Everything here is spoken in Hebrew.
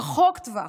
רחוק טווח,